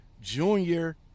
Junior